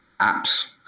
apps